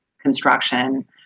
construction